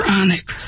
onyx